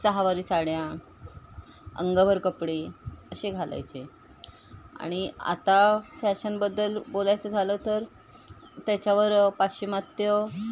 सहावारी साड्या अंगावर कपडे असे घालायचे आणि आता फॅशनबद्दल बोलायचं झालं तर त्याच्यावर पाश्चिमात्य